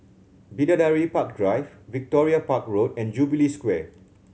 Bidadari Park Drive Victoria Park Road and Jubilee Square